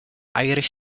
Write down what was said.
irish